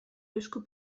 esku